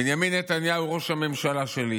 בנימין נתניהו הוא ראש הממשלה שלי,